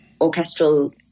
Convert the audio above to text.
orchestral